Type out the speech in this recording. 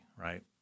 right